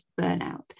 Burnout